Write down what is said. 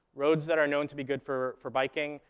roads that are known to be good for for biking,